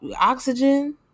oxygen